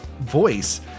voice